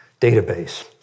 database